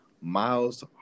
Miles